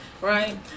right